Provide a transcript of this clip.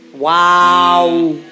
wow